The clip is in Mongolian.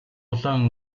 улаан